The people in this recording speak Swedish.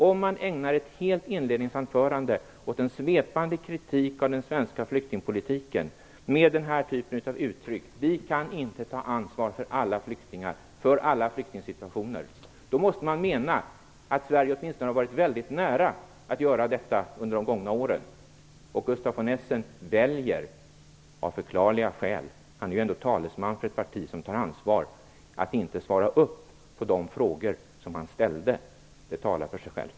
Om man ägnar ett helt inledningsanförande åt en svepande kritik av den svenska flyktingpolitiken och använder uttryck av typen: Vi kan inte ta ansvar för alla flyktingar och för alla flyktingsituationer, då måste man mena att Sverige i alla fall har varit väldigt nära att göra detta under de gångna åren. Och Gustaf von Essen väljer av förklarliga skäl - han är ju ändå talesman för ett parti som tar ansvar - att inte stå för de frågor han ställde. Det talar för sig självt.